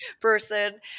person